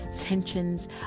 tensions